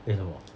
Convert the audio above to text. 为什么